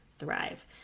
thrive